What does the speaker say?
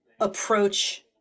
approach